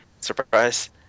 surprise